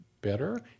better